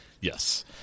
Yes